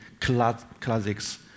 classics